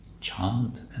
chant